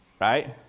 Right